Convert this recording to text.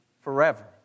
forever